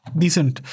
decent